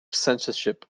censorship